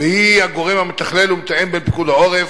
והיא הגורם המתכנן והמתאם בפיקוד העורף,